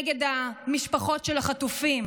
נגד המשפחות של החטופים.